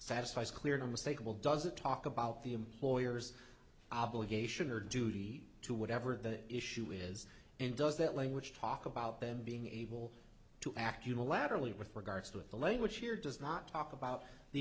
satisfice cleared a mistake will does it talk about the employer's obligation or duty to whatever the issue is and does that language talk about them being able to act unilaterally with regards to the language here does not talk about the